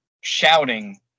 shouting